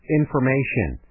information